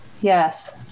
Yes